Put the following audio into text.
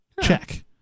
Check